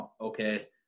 okay